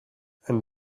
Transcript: and